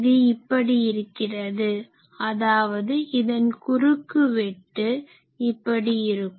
இது இப்படி இருக்கிறது அதாவது இதன் குறுக்கு வெட்டு இப்படி இருக்கும்